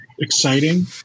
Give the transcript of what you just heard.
exciting